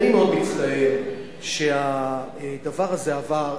אני מאוד מצטער שהדבר הזה עבר.